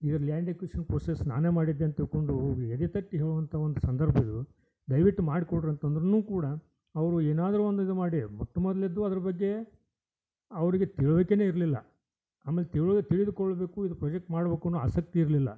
ಇದು land acquisition process ನಾನೇ ಮಾಡಿದ್ದು ಅಂತ ತಿಳ್ಕೊಂಡು ಅವ್ರು ಎದೆ ತಟ್ಟಿ ಹೇಳುವಂಥ ಒಂದು ಸಂದರ್ಭಇದು ದಯವಿಟ್ಟು ಮಾಡ್ಕೊಡಿರಿ ಅಂತಂದ್ರೂನೂ ಕೂಡ ಅವರು ಏನಾದರೂ ಒಂದು ಇದು ಮಾಡಿ ಮೊಟ್ಟ ಮೊದಲದ್ದು ಅದ್ರ ಬಗ್ಗೆ ಅವರಿಗೆ ತಿಳ್ವಿಕೇನೇ ಇರಲಿಲ್ಲ ಆಮೇಲೆ ತಿಳ್ವ ತಿಳಿದುಕೊಳ್ಳಬೇಕು ಇದು ಪ್ರಾಜೆಕ್ಟ್ ಮಾಡ್ಬೇಕು ಅನ್ನೊ ಆಸಕ್ತಿ ಇರಲಿಲ್ಲ